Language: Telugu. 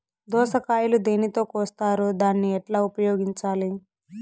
దోస కాయలు దేనితో కోస్తారు దాన్ని ఎట్లా ఉపయోగించాలి?